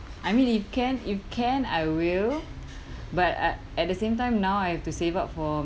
I mean if can if can I will but uh at the same time now I have to save up for